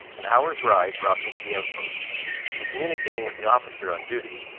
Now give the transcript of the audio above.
an hour's ride brought them to the outposts and communicating with the officer on duty,